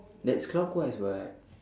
that's clockwise what